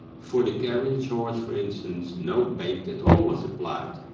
for the carriage horse, for instance, no paint at all was applied.